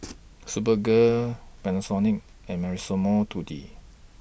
Superga Panasonic and Massimo Dutti